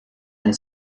and